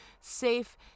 safe